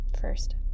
first